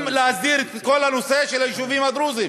להסדיר את כל הנושא של היישובים הדרוזיים,